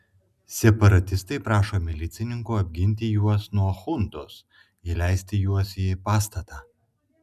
separatistai prašo milicininkų apginti juos nuo chuntos įleisti juos į pastatą